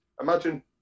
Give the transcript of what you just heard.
Imagine